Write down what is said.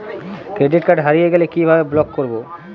Credit card হারিয়ে গেলে কি ভাবে ব্লক করবো?